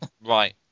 right